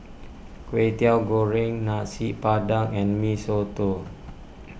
Kwetiau Goreng Nasi Padang and Mee Soto